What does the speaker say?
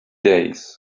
days